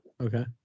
Okay